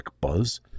buzz